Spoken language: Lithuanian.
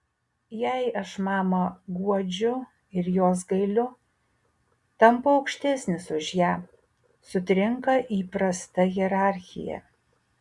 jei aš mamą guodžiu ir jos gailiu tampu aukštesnis už ją sutrinka įprasta hierarchija